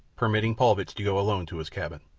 permitting paulvitch to go alone to his cabin.